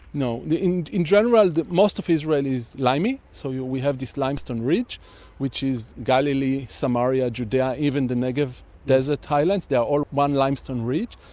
no, in in general most of israel is limey, so yeah we have this limestone ridge which is galilee, samaria, judea, even the negev desert highlands, they are all one limestone ridge,